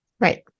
Right